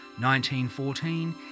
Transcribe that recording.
1914